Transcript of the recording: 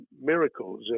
miracles